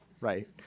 right